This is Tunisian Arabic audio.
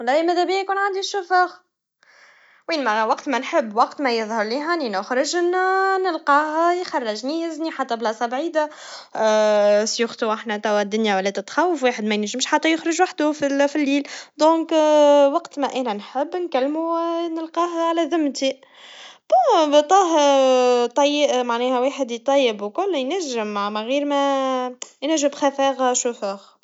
نعم إذا بيكون عندي سائق, وين ما انا وقت ما نحب وقت ما يظهر لي هاني نخرجلنا, نلقاهو يخرجني يهزني حتى مكان بعيد, قبل كل شيء أحنا توا الدنيا ولا تتخوف, الواحد مينجمش حتى يخرج وحدوه فال- فالليل, لذلك وقت ما أنا نحب, نكلموا ونلقاه على ذمتي, تو أما طاهي طي- معناها واحد يصيب الكل ينجم من غير ما- ينجم أفضل سائق.